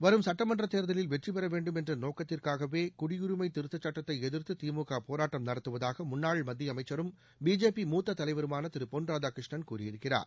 வரும் சட்டமன்ற தேர்தலில் வெற்றிபெற வேண்டும் என்ற நோக்கத்திற்காகவே குடியுரிமை திருத்த சுட்டத்தை எதிர்த்து திமுக போராட்டம் நடத்துவதாக முன்னாள் மத்திய அமைச்சரும் பிஜேபி மூத்தத் தலைவருமான திரு பொன் ராதாகிருஷ்ணன் கூறியிருக்கிறார்